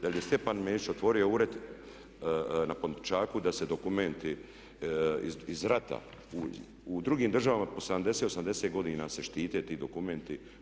Da li je Stjepan Mesić otvorio ured na Pantovčaku da se dokumenti iz rata u drugim državama po 70, 80 godina se štite ti dokumenti.